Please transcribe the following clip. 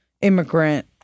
immigrant